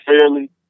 fairly